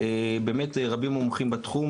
ורבים המומחים בתחום.